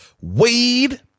Wade